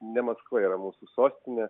ne maskva yra mūsų sostinė